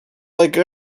like